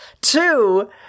Two